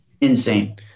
insane